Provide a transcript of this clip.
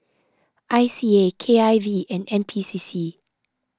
I C A K I V and N P C C